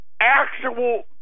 Actual